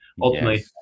ultimately